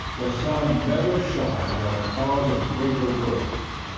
the sun never shined on a cause of greater worth.